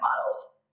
models